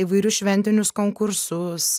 įvairius šventinius konkursus